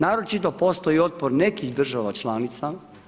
Naročito postoji otpor nekih država članica.